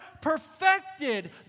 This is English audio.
perfected